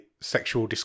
sexual